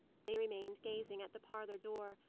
they remained gazing at the parlour door,